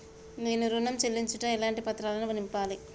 నేను ఋణం చెల్లించుటకు ఎలాంటి పత్రాలను నింపాలి?